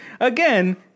again